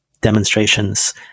demonstrations